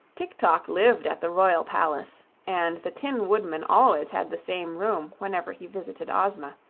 tik-tok lived at the royal palace and the tin woodman always had the same room whenever he visited ozma,